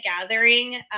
gathering